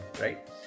right